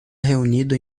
reunido